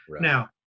Now